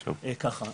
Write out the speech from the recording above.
ככה,